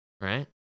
right